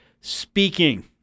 Speaking